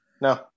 No